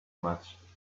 much